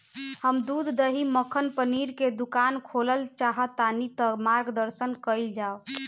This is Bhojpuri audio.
हम दूध दही मक्खन पनीर के दुकान खोलल चाहतानी ता मार्गदर्शन कइल जाव?